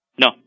No